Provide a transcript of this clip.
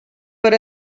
per